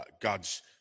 God's